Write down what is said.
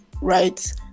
right